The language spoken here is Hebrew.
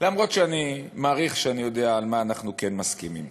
למרות שאני מעריך שאני יודע על מה אנחנו כן מסכימים.